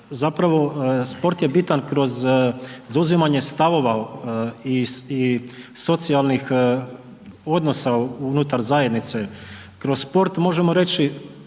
zapravo sport je bitan kroz zauzimanje stavova i socijalnih odnosa unutar zajednice. Kroz sport možemo reći